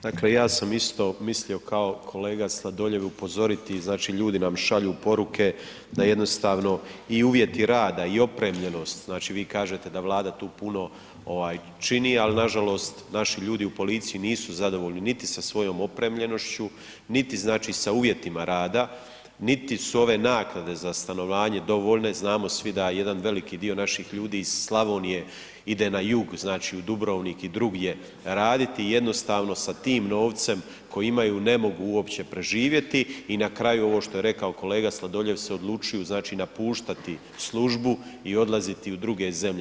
Dakle, ja sam isto mislio kao kolega Sladoljev upozoriti, znači, ljudi nam šalju poruke da jednostavno i uvjeti rada i opremljenost, znači, vi kažete da Vlada tu puno čini, al nažalost naši ljudi u policiji nisu zadovoljni niti sa svojom opremljenošću, niti znači sa uvjetima rada, niti su ove naknade za stanovanje dovoljne, znamo svi da jedan veliki dio naših ljudi iz Slavonije ide na jug, znači u Dubrovnik i drugdje raditi, jednostavno sa tim novcem koji imaju ne mogu uopće preživjeti i na kraju ovo što je rekao kolega Sladoljev se odlučuju, znači napuštati službu i odlaziti u druge zemlje.